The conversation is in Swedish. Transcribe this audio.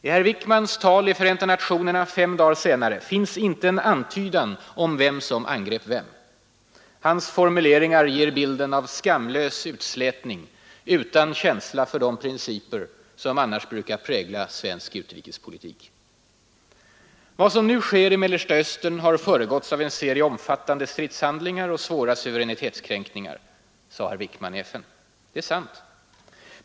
I herr Wickmans tal i Förenta nationerna fem dagar senare finns inte en antydan om vem som angrep vem. Hans formuleringar ger bilden av skamlös utslätning utan känsla för de principer som annars brukar prägla svensk utrikespolitik. ”Vad som nu sker i Mellersta Östern har föregåtts av en serie omfattande stridshandlingar och svåra suveränitetskränkningar”, sade herr Wickman i FN. Det är sant.